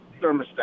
thermostat